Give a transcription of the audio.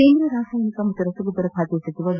ಕೇಂದ್ರ ರಾಸಾಯನಿಕ ಹಾಗೂ ರಸಗೊಬ್ಬರ ಖಾತೆ ಸಚಿವ ಡಿ